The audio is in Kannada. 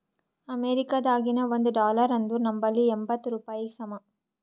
ಅಮೇರಿಕಾದಾಗಿನ ಒಂದ್ ಡಾಲರ್ ಅಂದುರ್ ನಂಬಲ್ಲಿ ಎಂಬತ್ತ್ ರೂಪಾಯಿಗಿ ಸಮ